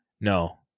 No